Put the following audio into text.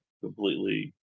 completely